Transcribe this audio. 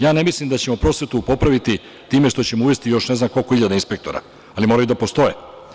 Ja ne mislim da ćemo prosvetu popraviti time što ćemo uvesti još ne znam koliko hiljada inspektora, ali moraju da postoje.